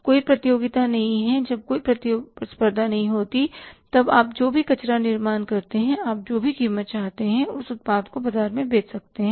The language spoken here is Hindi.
कोई प्रतियोगिता नहीं है तो जब कोई प्रतिस्पर्धा नहीं होती तब आप जो भी कचरा निर्माण करते हैं आप जो भी कीमत चाहते हैं उस उत्पाद को बाजार में बेच सकते हैं